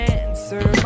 answer